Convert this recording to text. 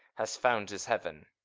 has found his heaven.